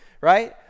right